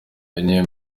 niyo